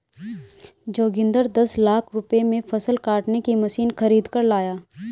जोगिंदर दस लाख रुपए में फसल काटने की मशीन खरीद कर लाया